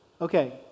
okay